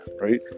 right